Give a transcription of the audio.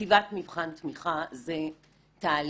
כתיבת מבחן תמיכה זה תהליך